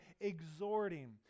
exhorting